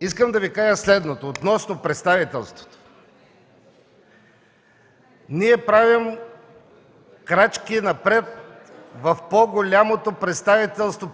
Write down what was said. искам да Ви кажа следното относно представителството. Ние правим крачки напред в